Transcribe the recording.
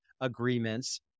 agreements